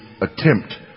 attempt